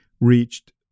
reached